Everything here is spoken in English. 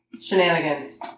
shenanigans